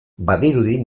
badirudi